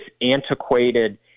antiquated